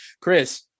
Chris